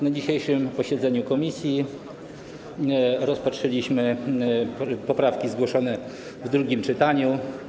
Na dzisiejszym posiedzeniu komisji rozpatrzyliśmy poprawki zgłoszone w drugim czytaniu.